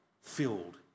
filled